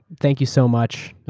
thank you so much,